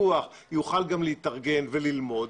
יוכל להתארגן וללמוד.